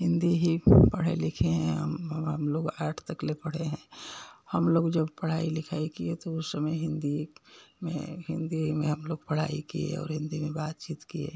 हिन्दी ही पढ़े लिखे हैं हम और हम लोग आठ तक ले पढ़े हैं हम लोग जब पढ़ाई लिखाई किए तो उस समय हिन्दी में हिन्दी में हम लोग पढ़ाई किए और हिन्दी में बातचीत किए